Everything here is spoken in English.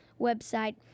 website